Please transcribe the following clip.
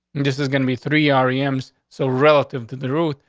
and this is gonna be three ari ems so relative to the root.